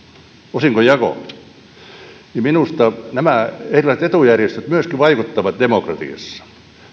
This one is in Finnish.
osingonjako minusta nämä erilaiset etujärjestöt myöskin vaikuttavat demokratiassa